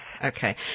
Okay